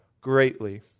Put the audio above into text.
greatly